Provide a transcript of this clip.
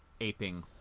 aping